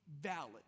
valid